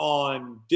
on